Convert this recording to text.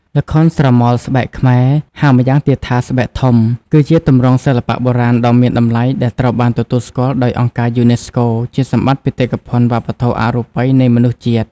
ល្ខោនស្រមោលស្បែកខ្មែរ ហៅម្យ៉ាងទៀតថា ស្បែកធំ គឺជាទម្រង់សិល្បៈបុរាណដ៏មានតម្លៃដែលត្រូវបានទទួលស្គាល់ដោយអង្គការយូណេស្កូជាសម្បត្តិបេតិកភណ្ឌវប្បធម៌អរូបីនៃមនុស្សជាតិ។